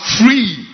free